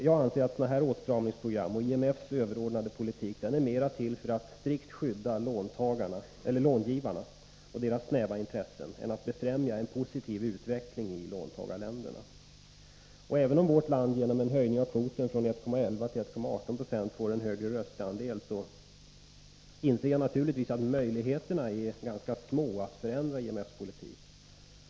Jag anser att sådana här åtstramningsprogram och IMF:s överordnade politik är mer till för att strikt skydda långivarna och deras snäva intressen än för att främja en positiv utveckling i låntagarländerna. Även om vårt land genom en höjning av kvoten från 1,11 till 1,18 92 får en högre röstandel, inser jag naturligtvis att möjligheterna är ganska små att förändra IMF:s politik.